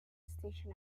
station